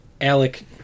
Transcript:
Alec